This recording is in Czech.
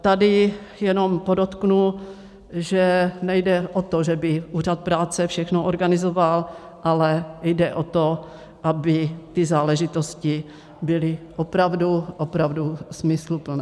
Tady jenom podotknu, že nejde o to, že by úřad práce všechno organizoval, ale jde o to, aby ty záležitosti byly opravdu, opravdu smysluplné.